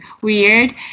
weird